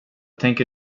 tänker